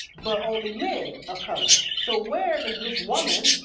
but only men of color. so where does this woman,